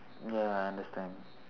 ya I understand